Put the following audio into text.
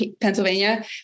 Pennsylvania